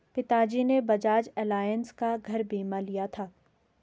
पिताजी ने बजाज एलायंस का घर बीमा लिया था